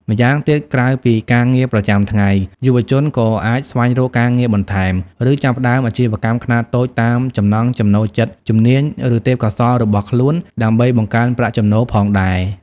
ម្យ៉ាងទៀត ក្រៅពីការងារប្រចាំថ្ងៃ យុវជនក៏អាចស្វែងរកការងារបន្ថែម ឬចាប់ផ្តើមអាជីវកម្មខ្នាតតូចតាមចំណង់ចំណូលចិត្ត ជំនាញ ឬទេពកោសល្យរបស់ខ្លួន ដើម្បីបង្កើនប្រាក់ចំណូលផងដែរ។